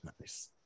Nice